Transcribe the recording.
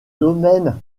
domaines